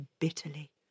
bitterly